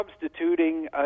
substituting